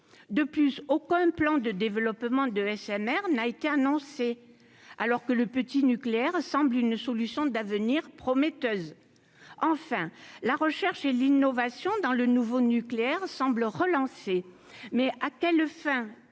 de plus aucun plan de développement de SMR n'a été annoncée alors que le petit nucléaire semble une solution d'avenir prometteuse, enfin, la recherche et l'innovation dans le nouveau nucléaire semble relancé, mais à quelle fin